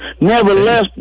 Nevertheless